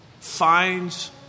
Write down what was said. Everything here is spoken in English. finds